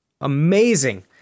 amazing